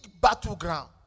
battleground